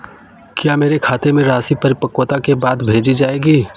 क्या मेरे खाते में राशि परिपक्वता के बाद भेजी जाएगी?